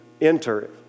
enter